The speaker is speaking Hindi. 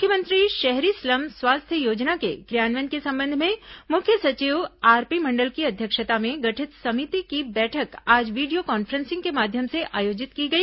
मुख्यमंत्री शहरी स्लम स्वास्थ्य योजना के क्रियान्वयन के संबंध में मुख्य सचिव आरपी मंडल की अध्यक्षता में गठित समिति की बैठक आज वीडियो कॉन्फ्रेंसिंग के माध्यम से आयोजित की गई